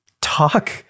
talk